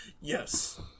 Yes